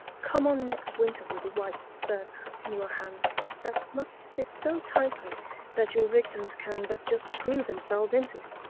come on next winter with a white surtout in your hand that must fit so tightly that your victims can but just screw themselves into it,